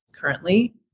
currently